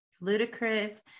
ludicrous